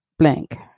blank